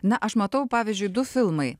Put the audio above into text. na aš matau pavyzdžiui du filmai